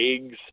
eggs